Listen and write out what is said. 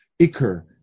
Iker